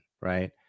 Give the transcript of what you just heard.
right